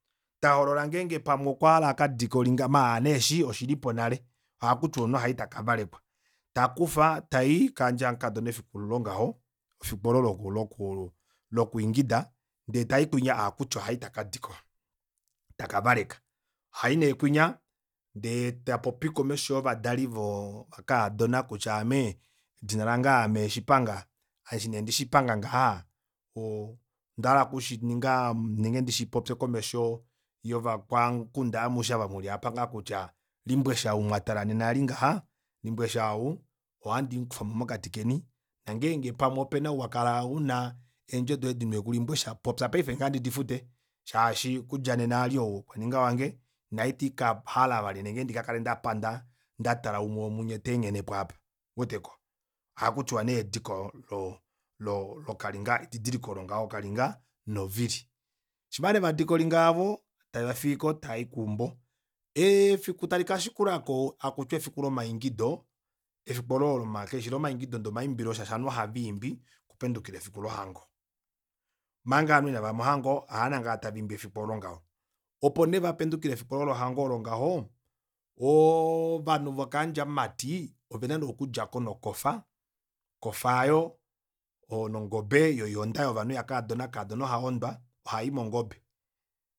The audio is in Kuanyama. Tahoolola ngenge pamwe okwahala akadike olinga maala nee eshi oshilipo nale ohakutiwa omunhu ohai taka valekwa takufa tai kaandja yamukadona efiku olo ngaho efiku oolo loku loku ingida ndee tayi kutya ohakuti ohai taka valeka ohayi neekunya ndee tapopi komesho yovadali vakaadona kutya ame edina lange aame shipanga eshi nee ndishipanga ngaha onda hala okushininga nenge ndishi popye komesho yovakwa namukunda amushe ava muli aapa kutya limbwesha ou mwatala nena apa ngaha limbwesha ou ohandii mukufamo mokati keni nongeenge pamwe opena ouwakala una eedjo doye dikwetiwe kulimbwesha popya paife ngaha ndidifute shaashi okudja nena eli ou okwaninga wange noita ikahala vali nenge ndikakale ndapanda ndatala umwe womunye teenghenepo aapa ouweteko ohakutiwa nee ediko lokalinga edidiliko olo ngaho lokalinga novili shima nee vadike olinga yavo tave vafiiko tavai keumbo ee efiku tali kashikulako hakuti efiku lomaingido efiku oolo kalishi lomaingido ndee omaimbilo shaashi ovanhu ohavaimbi oku pendukila efiku lohango omanga aanhu inavaya mohangano ohaa nangala tava imbi efiku oolo ngaho opo nee mefiku lohango olo ngaho oo ovanhu vokaandja mumati ovena nee okudjako nokofa okofa aayo nongobe yoyonda yovanhu yakaadona kaadona ohahondwa ohayi mongobe